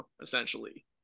essentially